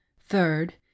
Third